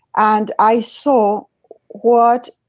and i saw what?